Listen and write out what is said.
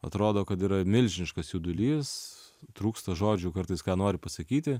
atrodo kad yra milžiniškas jaudulys trūksta žodžių kartais ką nori pasakyti